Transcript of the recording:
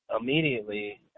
immediately